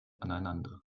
aneinander